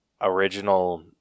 original